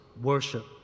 worship